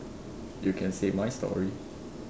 you can say my story